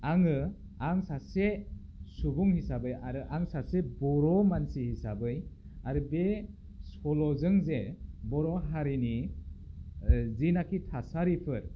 आङो आं सासे सुबुं हिसाबै आरो आं सासे बर' मानसि हिसाबै आरो बे सल'जों जे बर' हारिनि जिनाखि थासारिफोर